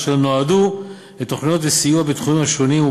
אשר נועד לתוכניות וסיוע בתחומים שונים,